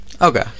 Okay